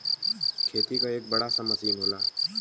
खेती क एक बड़ा सा मसीन होला